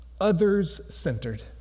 others-centered